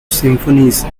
symphonies